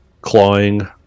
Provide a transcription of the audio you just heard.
clawing